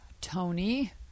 Tony